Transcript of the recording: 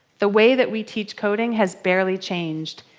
the way that we teach coding has barely changed,